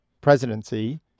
presidency